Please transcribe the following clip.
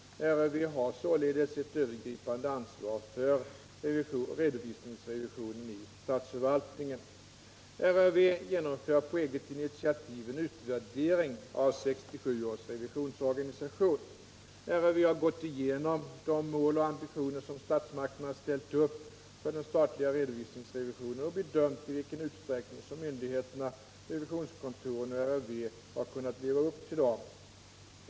RRV har således ett övergripande ansvar för redovisningsrevisionen i statsförvaltningen. RRV genomför på eget initiativ en utvärdering av 1967 års revisionsorganisation. RRV har gått igenom de mål och ambitioner som statsmakterna har ställt upp för den statliga redovisningsrevisionen och bedömt i vilken utsträckning som myndigheterna, revisionskontoren och RRV har kunnat leva upp till dessa.